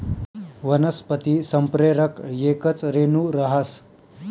वनस्पती संप्रेरक येकच रेणू रहास